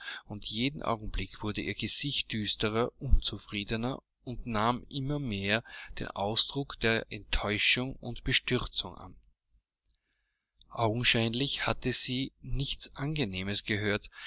und jeden augenblick wurde ihr gesicht düsterer unzufriedener und nahm immermehr den ausdruck der enttäuschung und bestürzung an augenscheinlich hatte sie nichts angenehmes gehört